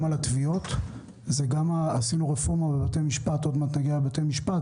זה גם על התביעות עוד מעט נגיע לבתי משפט,